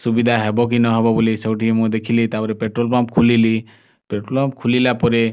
ସୁବିଧା ହେବକି ନ ହବ ବୋଲି ସବୁଠି ମୁଁ ଦେଖିଲି ତା'ପରେ ପେଟ୍ରୋଲ୍ ପମ୍ପ୍ ଖୋଲିଲି ପେଟ୍ରୋଲ୍ ପମ୍ପ୍ ଖୋଲିଲା ପରେ